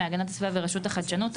מהגנת הסביבה ורשות החדשנות.